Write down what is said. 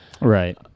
Right